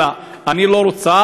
אלא: אני לא רוצה,